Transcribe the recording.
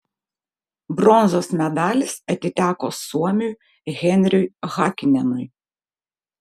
bronzos medalis atiteko suomiui henriui hakinenui